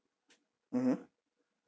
mmhmm